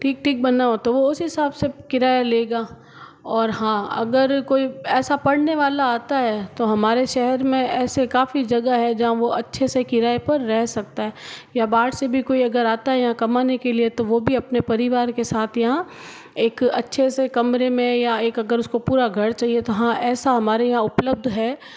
ठीक ठीक बना हो तो वो उस हिसाब से किराया लेगा और हाँ अगर कोई ऐसा पढ़ने वाला आता है तो हमारे शहर में ऐसे काफी जगह है जहाँ वो अच्छे से किराए पर रह सकता है या बाहर से भी कोई अगर आता यहाँ कमाने के लिए तो वो भी अपने परिवार के साथ यहाँ एक अच्छे से कमरे में या एक अगर उसको पूरा घर चाहिए तो हाँ ऐसा हमारे यहाँ उपलब्ध है